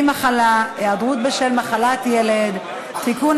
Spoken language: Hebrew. מחלה (היעדרות בשל מחלת ילד) (תיקון,